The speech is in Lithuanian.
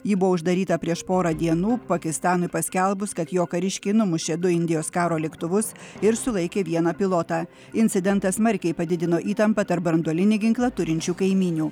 ji buvo uždaryta prieš porą dienų pakistanui paskelbus kad jo kariškiai numušė du indijos karo lėktuvus ir sulaikė vieną pilotą incidentas smarkiai padidino įtampą tarp branduolinį ginklą turinčių kaimynių